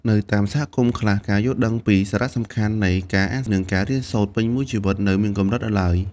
នៅតាមសហគមន៍ខ្លះ ការយល់ដឹងអំពីសារៈសំខាន់នៃការអាន និងការរៀនសូត្រពេញមួយជីវិតនៅមានកម្រិតនៅឡើយ។